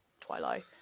Twilight